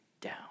down